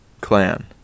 clan